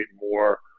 more